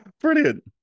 Brilliant